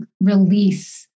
release